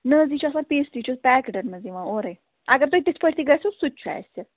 نہَ حظ یہِ چھُ آسان پیٚشٹی یہِ چھُ آسان پٮ۪کٕٹن منٛز یِوان اورے اگر تۄہہِ تِتھٕ پٲٹھۍ گَژھو سُہ تہِ چھُ اَسہِ